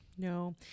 no